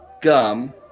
gum